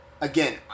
again